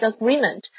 Agreement